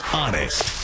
honest